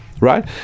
right